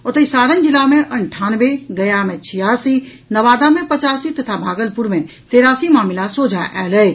ओतहि सारण जिला मे अंठानवे गया मे छियासी नवादा मे पचासी तथा भागलपुर मे तेरासी मामिला सोझा आयल अछि